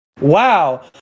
Wow